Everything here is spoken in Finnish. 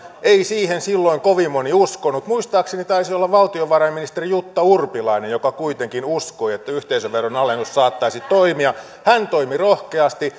ei siihen silloin kovin moni uskonut muistaakseni taisi olla valtiovarainministeri jutta urpilainen joka kuitenkin uskoi että yhteisöveron alennus saattaisi toimia hän toimi rohkeasti